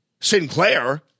sinclair